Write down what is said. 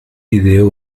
ideó